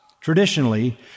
traditionally